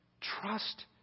trust